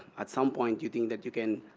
at some point, you think that you can